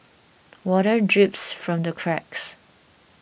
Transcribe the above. water drips from the cracks